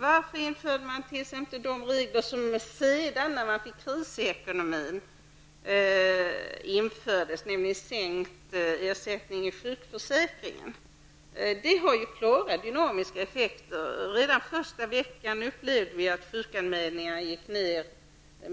Varför infördes inte tidigare de regler som sedan när det blev kris i ekonomin infördes, nämligen sänkt ersättning i sjukförsäkringen? Det har klara dynamiska effekter. Redan första veckan gick antalet sjukanmälningar ned